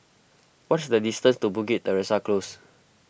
what is the distance to Bukit Teresa Close